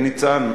ניצן,